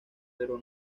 pero